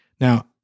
Now